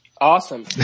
Awesome